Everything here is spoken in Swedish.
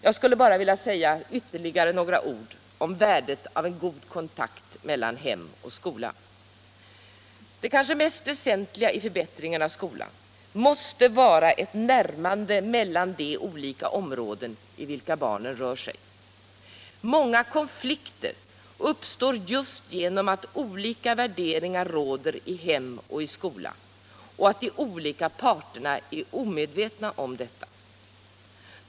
Jag skulle bara vilja säga ytterligare några ord om värdet av en god kontakt mellan hem och skola. Det kanske mest väsentliga i förbättringen av skolan måste vara ett närmande mellan de olika områden i vilka barnen rör sig. Många konflikter uppstår just genom att olika värderingar råder i hem och i skola och att de olika parterna är omedvetna om detta.